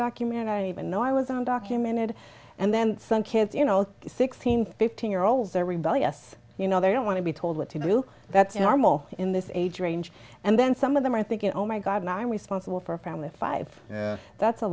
document even though i was undocumented and then some kids you know sixteen fifteen year olds are rebellious you know they don't want to be told what to do that's normal in this age range and then some of them are thinking oh my god now i'm responsible for a family of five that's a